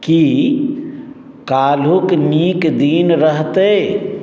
की काल्हिक नीक दिन रहतै